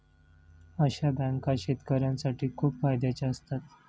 अशा बँका शेतकऱ्यांसाठी खूप फायद्याच्या असतात